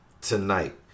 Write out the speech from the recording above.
tonight